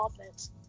offense